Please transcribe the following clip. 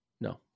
No